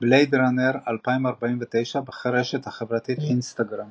בלייד ראנר 2049, ברשת החברתית אינסטגרם